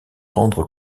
rendre